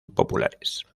populares